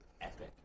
Epic